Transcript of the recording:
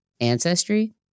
ancestry